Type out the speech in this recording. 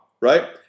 right